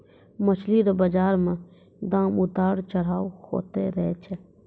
मछली रो बाजार मे दाम उतार चढ़ाव होते रहै छै